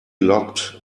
locked